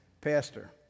pastor